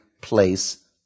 place